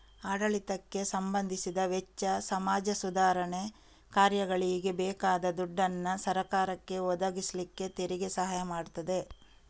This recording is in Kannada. ಆಡಳಿತಕ್ಕೆ ಸಂಬಂಧಿಸಿದ ವೆಚ್ಚ, ಸಮಾಜ ಸುಧಾರಣೆ ಕಾರ್ಯಗಳಿಗೆ ಬೇಕಾದ ದುಡ್ಡನ್ನ ಸರಕಾರಕ್ಕೆ ಒದಗಿಸ್ಲಿಕ್ಕೆ ತೆರಿಗೆ ಸಹಾಯ ಮಾಡ್ತದೆ